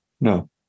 no